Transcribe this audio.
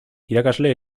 irakasle